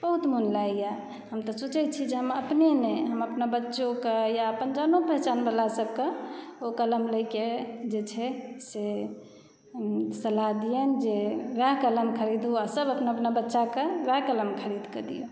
बहुत मोन लागयए हम तऽ सोचैत छी जे हम अपने नहि अपना बच्चोकऽ या अपन जानो पहचान वाला सभकऽ ओ कलम लयके जे छै से सलाह दियनि जे वएह कलम खरीदू आ सभ अपना अपना बच्चाके वएह कलम खरीदके दिऔ